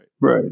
Right